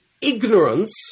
ignorance